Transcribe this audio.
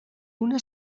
una